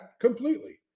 completely